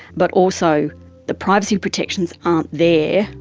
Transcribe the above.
but also the privacy protections aren't there,